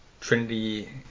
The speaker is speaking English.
Trinity